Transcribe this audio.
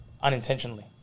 unintentionally